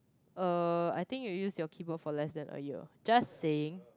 uh I think you use your keyboard for less than a year just saying